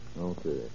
Okay